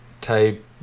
type